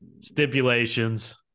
stipulations